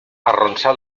arronsà